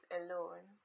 alone